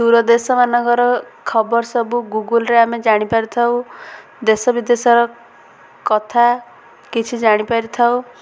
ଦୂର ଦେଶମାନଙ୍କର ଖବର ସବୁ ଗୁଗୁଲରେ ଆମେ ଜାଣିପାରି ଥାଉ ଦେଶ ବିଦେଶର କଥା କିଛି ଜାଣିପାରି ଥାଉ